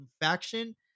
faction